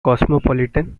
cosmopolitan